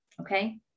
okay